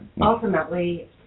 ultimately